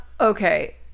okay